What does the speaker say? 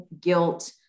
guilt